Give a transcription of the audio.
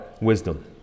wisdom